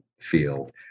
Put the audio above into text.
field